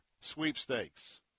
Sweepstakes